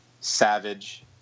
Savage